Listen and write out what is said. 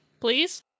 Please